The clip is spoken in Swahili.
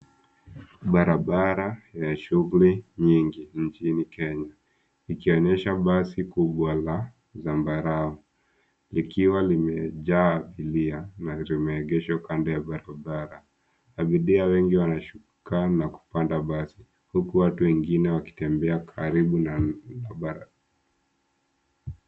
Barabara ya shughuli nyingi nchini kenya ikionyesha basi kubwa la zambarau likiwa limejaa abiria na limeegeshwa kando ya barabara. Abiria wengi anashuka na kupanda basi huku watu wengine wakitembea karibu na barabara.